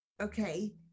Okay